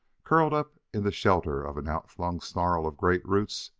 curled up in the shelter of an outflung snarl of great roots,